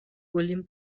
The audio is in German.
william